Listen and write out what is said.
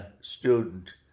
student